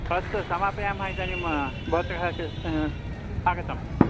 अस्तु समापयामः इदानीं भवतः आगतम्